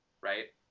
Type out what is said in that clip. right